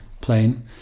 plain